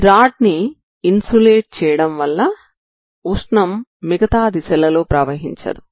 ఈ రాడ్ ని ఇన్సులేట్ చేయడంవల్ల ఉష్ణం మిగతా దిశలలో ప్రవహించదు